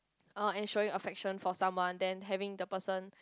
uh and show you affection for someone then having the person